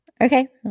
Okay